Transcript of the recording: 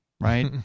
right